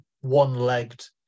one-legged